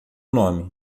nome